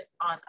on